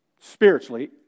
spiritually